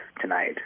tonight